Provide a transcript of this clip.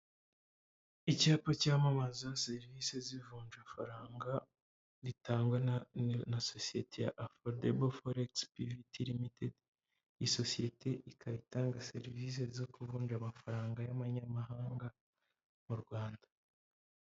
Icyapa cyamamaza serivisi z'ivunja faranga, ritangwa na na sosiyete ya AFFORDABLE FOREX PVT LTD, iyi sosiyete ikaba itanga serivisi zo kuvunja amafaranga y'amanyamahanga mu Rwanda.